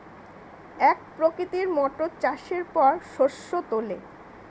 এক প্রকৃতির মোটর চাষের পর শস্য তোলে